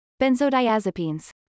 Benzodiazepines